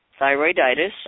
thyroiditis